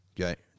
Okay